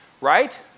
Right